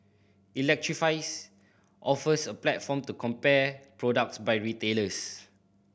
electrifies offers a platform to compare products by retailers